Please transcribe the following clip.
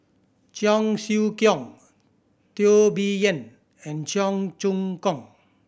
Cheong Siew Keong Teo Bee Yen and Cheong Choong Kong